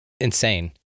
insane